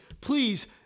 Please